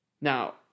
now